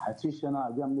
בתרדמת במשך חצי שנה גם הוא